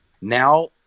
now